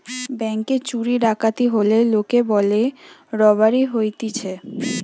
ব্যাংকে চুরি ডাকাতি হলে লোকে বলে রোবারি হতিছে